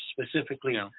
specifically